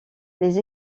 les